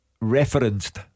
Referenced